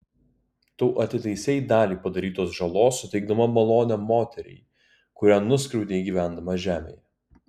tu atitaisei dalį padarytos žalos suteikdama malonę moteriai kurią nuskriaudei gyvendama žemėje